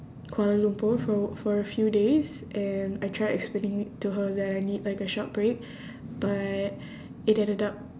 kuala lumpur for a for a few days and I tried explaining to her that I need like a short break but it ended up